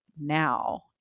now